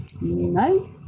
No